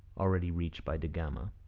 already reached by da gama,